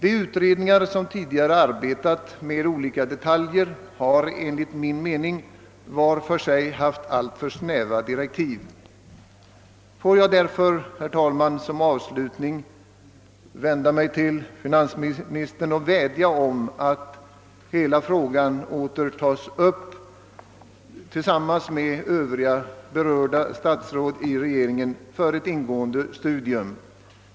De utredningar som tidigare har arbetat med olika detaljer har enligt min mening haft alltför snäva direktiv. Får jag därför, herr talman, som avslutning vädja till finansministern att han tar upp hela frågan igen och tillsammans med övriga berörda statsråd i regeringen ägnar den ett ingående studium.